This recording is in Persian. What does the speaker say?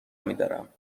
میدارم